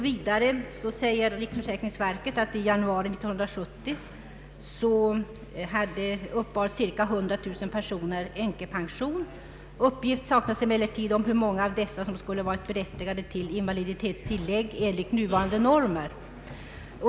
Vidare säger riksförsäkringsverket att i januari 1970 cirka 100000 personer uppbar änkepensioner. Uppgift saknas emellertid om hur många av dessa som skulle ha varit berättigade till invaliditetstillägg enligt nuvarande normer.